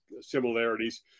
similarities